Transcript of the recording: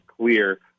clear